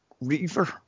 reaver